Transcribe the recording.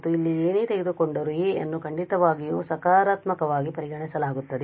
ಮತ್ತು ಇಲ್ಲಿ ಏನೇ ತೆಗೆದುಕೊಂಡರೂ a ಅನ್ನು ಖಂಡಿತವಾಗಿಯೂ ಸಕಾರಾತ್ಮಕವಾಗಿ ಪರಿಗಣಿಸಲಾಗುತ್ತದೆ